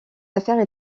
affaires